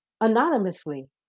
anonymously